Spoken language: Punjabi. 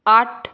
ਅੱਠ